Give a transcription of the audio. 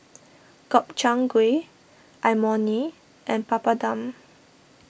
Gobchang Gui Imoni and Papadum